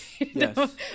yes